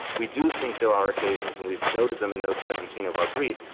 we do think there are occasions, and we've noted them in note seventeen of our brief,